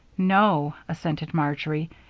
no, assented marjory,